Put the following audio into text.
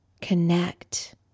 Connect